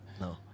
no